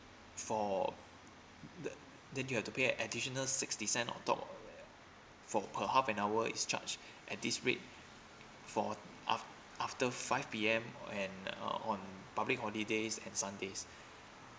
for then you have to pay additional sixty cent on top for per half an hour it's charged at this rate for af~ after five P_M or and uh on public holidays and sundays